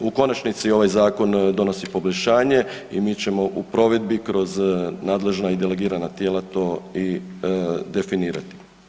U konačnici, ovaj zakon donosi poboljšanje i mi ćemo u provedbi kroz nadležna i delegirana tijela to i definirati.